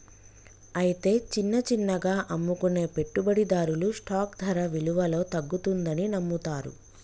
అయితే చిన్న చిన్నగా అమ్ముకునే పెట్టుబడిదారులు స్టాక్ ధర విలువలో తగ్గుతుందని నమ్ముతారు